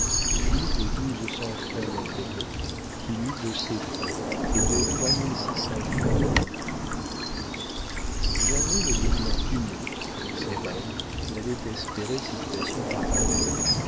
puis de douze cents francs d'intérêts qu'il eut de ses fonds et de trois mille six cents francs d'appointements jamais le lieutenant dumay dans ses rêves n'avait espéré situation pareille